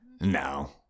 No